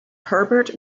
herbert